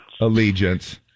allegiance